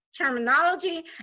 terminology